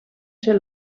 ser